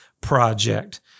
project